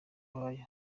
wayo